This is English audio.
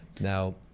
now